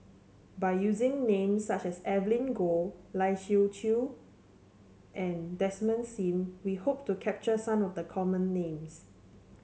by using names such as Evelyn Goh Lai Siu Chiu and Desmond Sim we hope to capture some of the common names